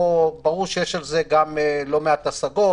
ברור שיש על זה גם לא מעט השגות,